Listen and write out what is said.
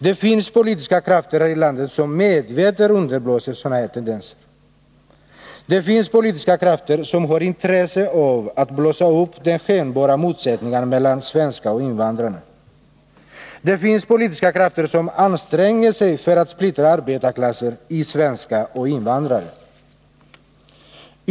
Det finns politiska krafter här i landet som medvetet underblåser sådana här tendenser. Det finns politiska krafter som har intresse av att blåsa upp skenbara motsättningar mellan svenskar och invandrare. Det finns politiska krafter som anstränger sig för att splittra arbetarklassen i svenskar och invandrare.